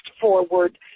Forward